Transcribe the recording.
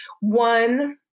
One